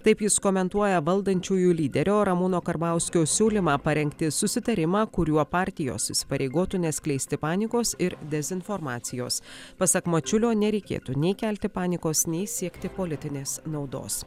taip jis komentuoja valdančiųjų lyderio ramūno karbauskio siūlymą parengti susitarimą kuriuo partijos įsipareigotų neskleisti panikos ir dezinformacijos pasak mačiulio nereikėtų nei kelti panikos nei siekti politinės naudos